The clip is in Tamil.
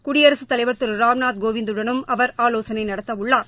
குடியரசுத் தலைவர் திரு ராம்நாத் கோவிந்துடனும் அவர் ஆலோசனை நடத்தவுள்ளார்